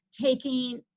taking